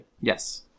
Yes